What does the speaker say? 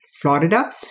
Florida